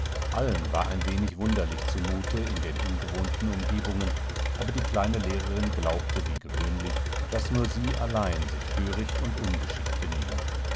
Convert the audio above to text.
allen war ein wenig wunderlich zumute in den ungewohnten umgebungen aber die kleine lehrerin glaubte wie gewöhnlich daß nur sie allein sich töricht und ungeschickt benehme